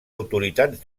autoritats